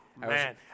Man